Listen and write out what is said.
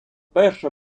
перша